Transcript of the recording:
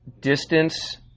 Distance